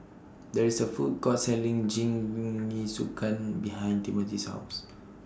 There IS A Food Court Selling Jingisukan behind Timothy's House